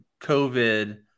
COVID